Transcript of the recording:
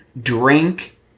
drink